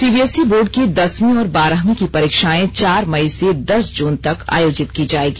CBSE board की दसवीं और बारहवीं की परीक्षाएं चार मई से दस जून तक आयोजित की जाएगी